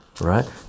right